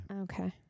Okay